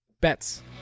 Bets